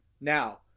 Now